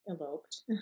eloped